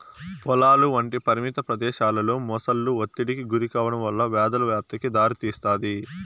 పొలాలు వంటి పరిమిత ప్రదేశాలలో మొసళ్ళు ఒత్తిడికి గురికావడం వల్ల వ్యాధుల వ్యాప్తికి దారితీస్తాది